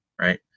right